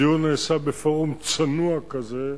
הדיון נעשה בפורום צנוע כזה,